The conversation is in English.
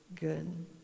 good